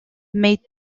mais